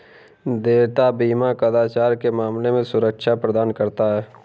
देयता बीमा कदाचार के मामले में सुरक्षा प्रदान करता है